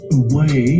away